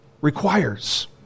requires